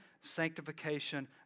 sanctification